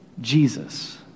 Jesus